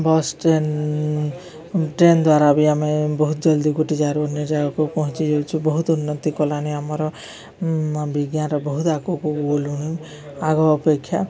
bus train train ଦ୍ୱାରା ବି ଆମେ ବହୁତ ଜଲ୍ଦି ଗୋଟେ ଯାଗାରୁ ଅନ୍ୟ ଜାଗାକୁ ପହଞ୍ଚି ଯାଉଚୁ ବହୁତ ଉନ୍ନତି କଲାଣି ଆମର ବିଜ୍ଞାନର ବହୁତ ଆଗକୁ ଗଲୁଣି ଆଗ ଅପେକ୍ଷା